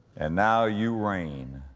and now you reign